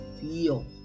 feel